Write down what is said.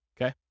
okay